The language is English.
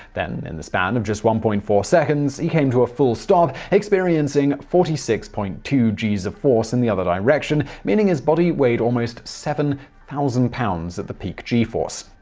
then, in the span of just one point four seconds, he came to a full stop, experiencing forty six point two g's of force in the other direction, meaning his body weighed almost seven thousand pounds at the peak g force!